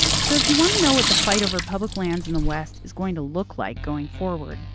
so if you want to know what the fight over public lands in the west is going to look like going forward,